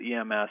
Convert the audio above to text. EMS